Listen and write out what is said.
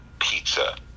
pizza